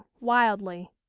wildly